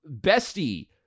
bestie